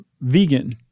vegan